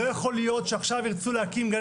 לא יכול להיות שעכשיו ירצו להקים גן